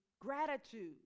gratitude